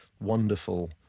wonderful